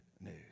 news